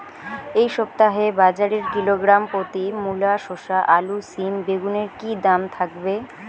এই সপ্তাহে বাজারে কিলোগ্রাম প্রতি মূলা শসা আলু সিম বেগুনের কী দাম থাকবে?